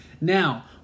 Now